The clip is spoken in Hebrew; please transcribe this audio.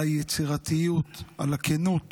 על היצירתיות, על הכנות